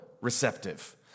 receptive